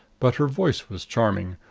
but her voice was charming,